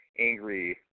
angry